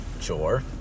Sure